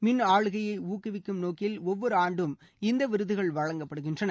மின் ஆளுகையை ஊக்குவிக்கும் நோக்கில் ஒவ்வொரு ஆண்டும் இந்த விருதுகள் வழங்கப்படுகின்றன